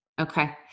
okay